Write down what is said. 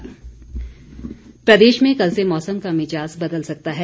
मौसम प्रदेश में कल से मौसम का मिजाज़ बदल सकता है